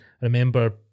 remember